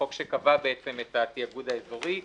החוק שקבע את התיאגוד האזורי.